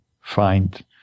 find